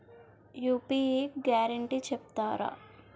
UPI guarantee చెప్తారా?